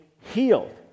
healed